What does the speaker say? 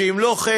שאם לא כן,